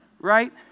Right